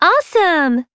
Awesome